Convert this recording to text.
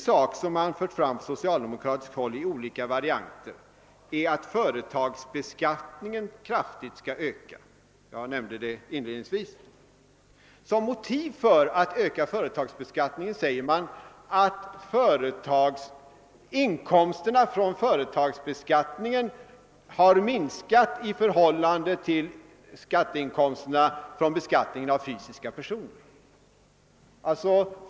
Något annat som man på socialdemokratiskt håll för fram i olika varianter är kravet att företagsbeskattningen skall öka kraftigt, vilket jag inledningsvis nämnde. Såsom motiv för en ökning av företagsbeskattningen anför man ati inkomsterna från denna har minskat i förhållande till skatteinkomsterna från fysiska personer.